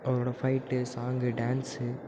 அவரோடய fight song dance